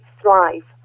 thrive